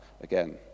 again